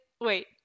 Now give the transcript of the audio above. wait